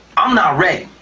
i'm not ready.